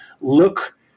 look